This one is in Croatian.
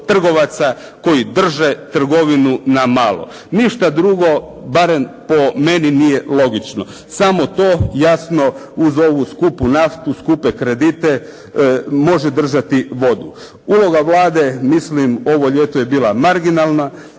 koji drže trgovinu na malo. Ništa drugo barem po meni nije logično. Samo to jasno uz ovu skupu naftu, skupe kredite može držati vodu. Uloga Vlade mislim ovo ljeto je bila marginalna.